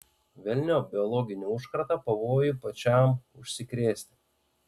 velniop biologinį užkratą pavojų pačiam užsikrėsti